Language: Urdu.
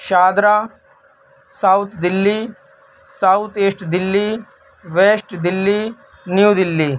Shahdara south Delhi south east Delhi west Delhi new Delhi